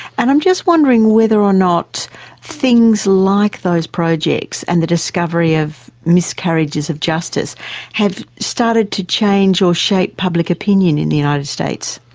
and i'm just wondering whether or not things like those projects and the discovery of miscarriages of justice have started to change or shape public opinion in the united states.